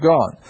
God